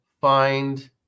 find